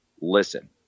listen